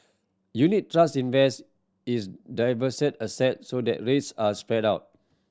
unit trust invest is diversified asset so that risk are spread out